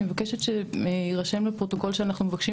אני מבקשת שיירשם לפרוטוקול שאנחנו מבקשים